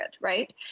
right